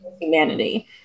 humanity